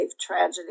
tragedy